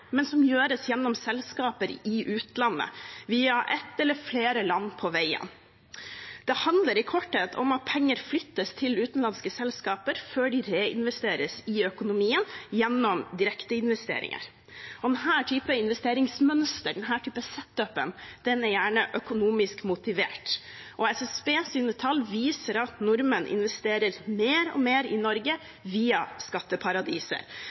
men som gjøres gjennom selskaper i utlandet, via ett eller flere land på veien. Det handler i korthet om at penger flyttes til utenlandske selskaper før de reinvesteres i økonomien gjennom direkteinvesteringer. Denne typen investeringsmønster, denne typen «set-up» er gjerne økonomisk motivert. SSBs tall viser at nordmenn investerer mer og mer i Norge via skatteparadiser.